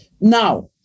Now